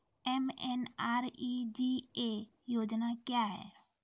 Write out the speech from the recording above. MNREGA योजना क्या हैं?